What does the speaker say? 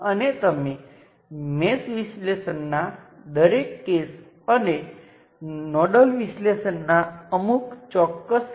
તેથી ઘટક વડે ઘટકની તુલના કરીને અને આ વોલ્ટેજ સ્ત્રોતને આ રેઝિસ્ટર સાથે સરખાવતા આપણે જોઈએ છીએ કે સર્કિટમાં કોઈ શાખા વોલ્ટેજ અથવા કરંટ બદલાતો નથી